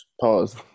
Pause